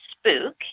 spook